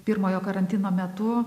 pirmojo karantino metu